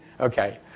Okay